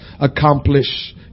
Accomplish